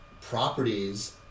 properties